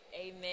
Amen